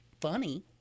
Funny